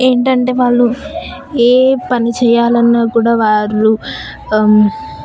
ఏంటంటే వాళ్ళు ఏ పని చేయాలన్నా కూడా వాళ్ళు